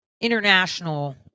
international